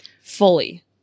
fully